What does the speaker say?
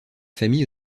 famille